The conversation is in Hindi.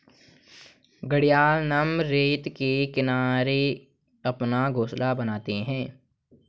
घड़ियाल नम रेत के किनारे अपना घोंसला बनाता है